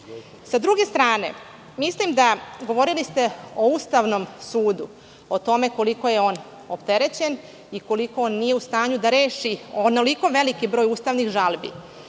druge strane, govorili ste o Ustavnom sudu, o tome koliko je on opterećen i koliko on nije u stanju da reši onoliko veliki broj ustavnih žalbi.